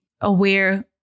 aware